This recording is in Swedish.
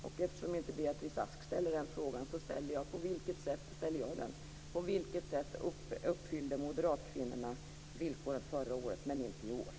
Eftersom Beatrice Ask inte ställde denna fråga ställer jag den i stället: På vilket sätt uppfyllde moderatkvinnorna villkoren förra året men inte i år?